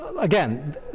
again